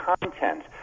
content